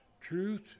Truth